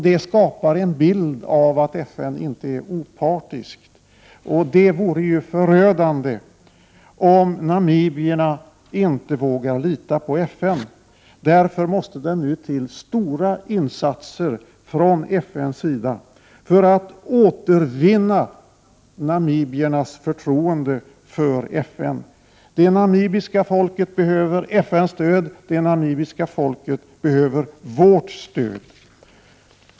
Det skapar en bild av att FN inte är opartiskt. Det vore förödande om namibierna inte vågar lita på FN. Därför måste det nu till stora insatser från FN:s sida för att återvinna namibiernas förtroende för FN. Det namibiska folket behöver FN:s stöd, och det behöver också vårt stöd.